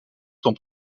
sont